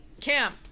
Cam